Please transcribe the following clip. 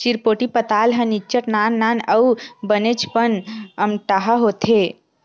चिरपोटी पताल ह निच्चट नान नान अउ बनेचपन अम्मटहा होथे